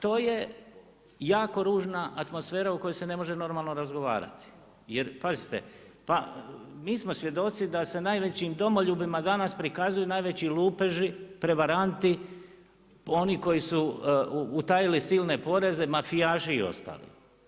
To je jako ružna atmosfera u kojoj se ne može normalno razgovarati jer pazite, mi smo svjedoci da se najvećim domoljubima danas prikazuju najveći lupeži, prevaranti, oni koji su utajili silne poreze, mafijaši i ostali.